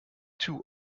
two